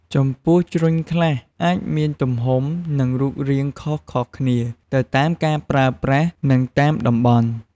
ចំពោះ ជ្រញ់ខ្លះអាចមានទំហំ និងរូបរាងខុសៗគ្នាទៅតាមការប្រើប្រាស់ និងតាមតំបន់។